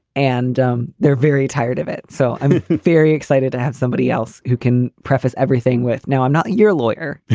and um they're very tired of it. so i'm very excited to have somebody else who can preface everything with. now, i'm not your lawyer